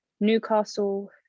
Newcastle